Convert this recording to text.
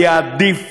היה עדיף